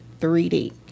3D